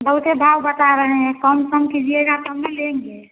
बहुते भाव बता रहे हैं कम कम कीजिएगा तब ना लेंगे